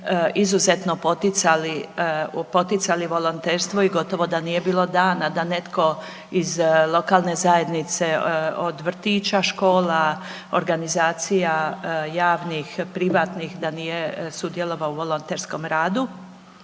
izuzetno poticali volonterstvo i gotovo da nije bilo dana da netko iz lokalne zajednice od vrtića, škola, organizacija javnih, privatnih, da nije sudjelovao u volonterskom radu.